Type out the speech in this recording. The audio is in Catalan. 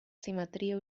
simetria